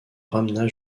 ramena